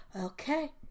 okay